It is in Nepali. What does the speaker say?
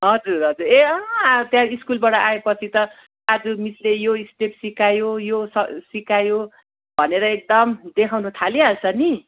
हजुर हजुर ए आ त्यहाँ स्कुलबाट आए पछि त आज मिसले यो स्टेप सिकायो यो स सिकायो भनेर एकदम देखाउनु थालिहाल्छ नि